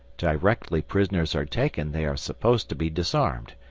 directly prisoners are taken they are supposed to be disarmed,